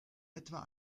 etwa